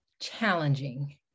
challenging